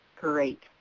great